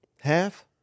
half